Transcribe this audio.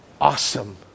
awesome